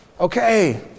Okay